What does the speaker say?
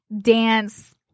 dance